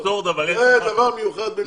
זה דבר מיוחד במינו.